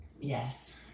Yes